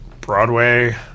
Broadway